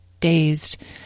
dazed